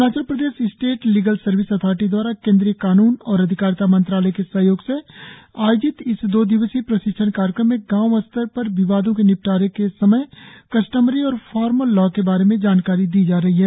Arunachal Pradesh State Legal Service Authority दवारा केंद्रीय कानून और अधिकारिता मंत्रालय के सहयोग से आयोजित इस दो दिवसीय प्रशिक्षण कार्यक्रम में गांव स्तर पर विवादों के निपटारे के समय कस्टमरी और फार्मल लॉ के बारे में जानकारी दी जा रही है